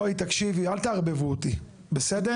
בואי, תקשיבי, אל תערבבו אותי, בסדר?